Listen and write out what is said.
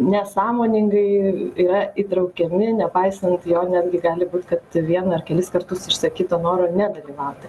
nesąmoningai yra įtraukiami nepaisant jo netgi gali būt kad vieną ar kelis kartus išsakyto noro nedalyvauti